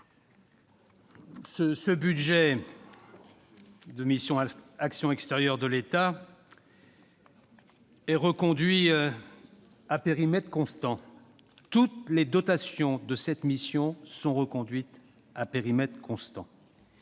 le budget de la mission « Action extérieure de l'État » est reconduit à périmètre constant. J'y insiste, toutes les dotations de cette mission sont reconduites à périmètre constant.